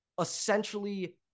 essentially